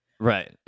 Right